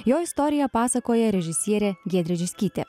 jo istoriją pasakoja režisierė giedrė žickytė